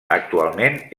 actualment